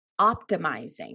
optimizing